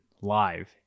live